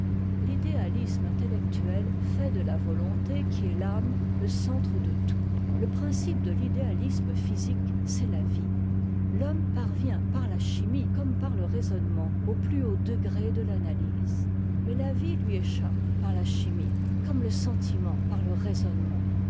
l'idéalisme intellectuel fait de la volonté qui est l'âme le centre de tout le principe de l'idéalisme physique c'est la vie l'homme parvient par la chimie comme par le raisonnement au plus haut degré de l'analyse mais la vie lui échappe par la chimie comme le sentiment par le raisonnement